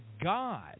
God